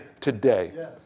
today